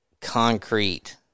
concrete